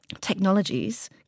technologies